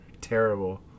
terrible